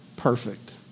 perfect